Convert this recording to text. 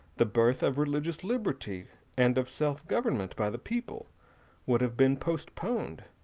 the birth of religious liberty and of self-government by the people would have been postponed,